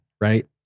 right